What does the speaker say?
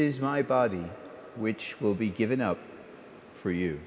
is my body which will be given out for you